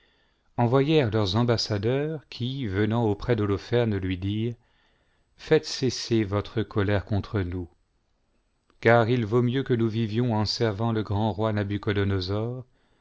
envoyèrent leurs ambassadeurs qui venant auprès d'holoferne lui dit faites cesser votre colère contre nous car il vaut mieux que nous vivions en servant le grand roi nabuchodonosor